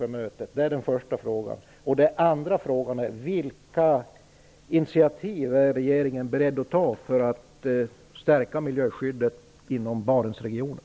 Min första fråga är: Berördes detta på Östersjömötet? Den andra frågan är: Vilka initiativ är regeringen beredd att ta för att stärka miljöskyddet inom Barentsregionen?